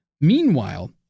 Meanwhile